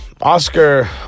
Oscar